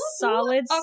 solid